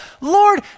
Lord